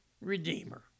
redeemer